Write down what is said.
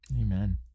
Amen